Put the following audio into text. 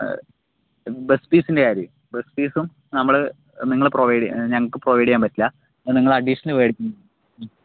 bus ഫീസിൻ്റെ കാര്യം നമ്മള് നിങ്ങൾ പ്രൊവൈഡ് ചെയ്യണം ഞങ്ങൾക്ക് പ്രൊവൈഡ് ചെയ്യാൻ പറ്റില്സ അത് നിങ്ങൾ അഡീഷനലി മേടിക്കണം